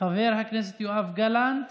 חבר הכנסת יואב גלנט.